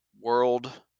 world